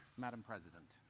madame president,